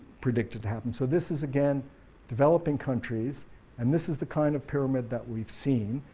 predicted to happen, so this is again developing countries and this is the kind of pyramid that we've seen.